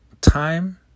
time